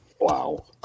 Wow